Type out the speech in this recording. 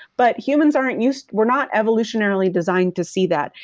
but humans aren't used we're not evolutionarily designed to see that.